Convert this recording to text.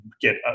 get